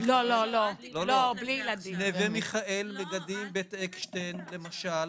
"נווה מיכאל", "מגדים", "בית אקשטיין", למשל,